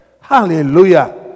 Hallelujah